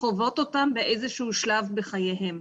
שחוות אותה באיזה שהוא שלב בחייהן.